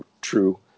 true